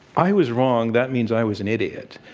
i was wrong. that means i was an idiot.